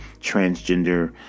transgender